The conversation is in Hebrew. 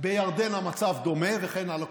בירדן המצב דומה, וכן הלאה.